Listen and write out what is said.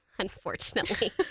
Unfortunately